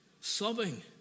sobbing